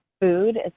food